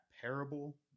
Parable